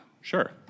Sure